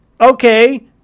okay